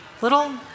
little